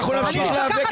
נמשיך להתנגד